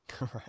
Right